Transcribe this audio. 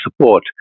support